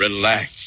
Relax